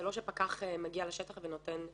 זה לא שפקח מגיע לשטח ונותן קנס,